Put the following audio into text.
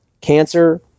cancer